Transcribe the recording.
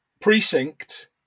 precinct